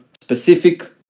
specific